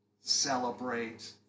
celebrate